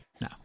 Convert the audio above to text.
No